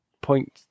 point